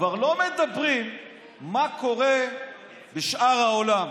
כבר לא מדברים על מה שקורה בשאר העולם.